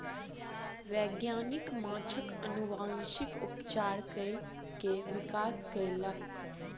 वैज्ञानिक माँछक अनुवांशिक उपचार कय के विकास कयलक